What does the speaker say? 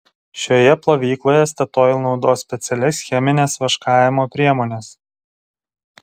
šioje plovykloje statoil naudos specialias chemines vaškavimo priemones